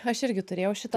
aš irgi turėjau šitą